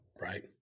Right